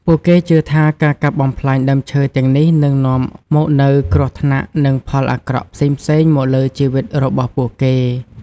ពួកគេជឿថា ការកាប់បំផ្លាញដើមឈើទាំងនេះនឹងអាចនាំមកនូវគ្រោះថ្នាក់និងផលអាក្រក់ផ្សេងៗមកលើជីវិតរបស់ពួកគេ។